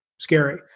scary